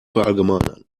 verallgemeinern